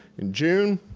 in june,